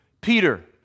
Peter